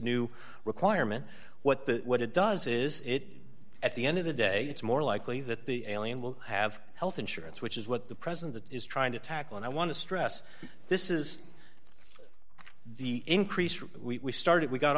new requirement what the what it does is it at the end of the day it's more likely that the alien will have health insurance which is what the president is trying to tackle and i want to stress this is the increase we started we got